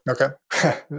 Okay